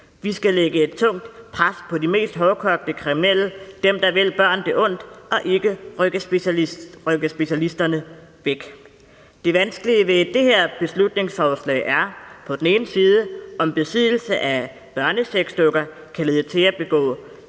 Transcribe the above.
Vi skal lægge et tungt pres på de mest hårdkogte kriminelle – dem, der vil børn det ondt – og ikke rykke specialisterne væk. Det vanskelige ved det her beslutningsforslag er på den ene side, om besiddelse af børnesexdukker kan lede til at begå